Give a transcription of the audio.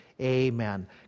Amen